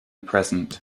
present